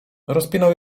rozpinał